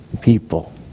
people